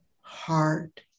heart